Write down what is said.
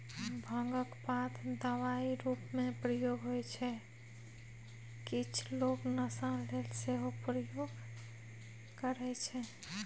भांगक पात दबाइ रुपमे प्रयोग होइ छै किछ लोक नशा लेल सेहो प्रयोग करय छै